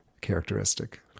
characteristic